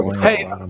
hey